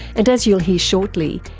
and as you'll hear shortly,